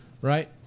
Right